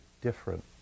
different